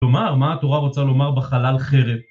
תאמר, מה התורה רוצה לומר בחלל חרב?